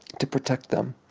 to protect them,